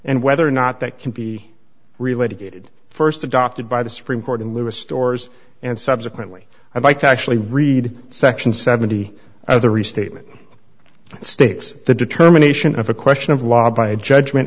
and whether or not that can be related st adopted by the supreme court in lieu of stores and subsequently i'd like to actually read section seventy of the restatement states the determination of a question of law by a judgment